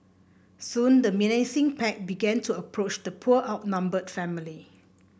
soon the menacing pack began to approach the poor outnumbered family